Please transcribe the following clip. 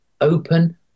open